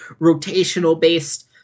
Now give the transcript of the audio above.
rotational-based